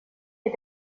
est